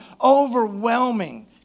overwhelming